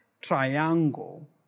triangle